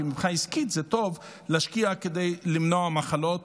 כי מבחינה עסקית זה טוב להשקיע כדי למנוע מחלות